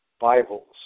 Bibles